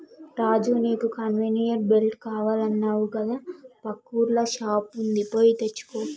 రాజు నీకు conveyor belt కావాలన్నావు కదా పక్కూర్ల షాప్ వుంది పోయి తెచ్చుకో